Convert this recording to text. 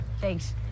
Thanks